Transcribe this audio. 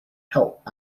help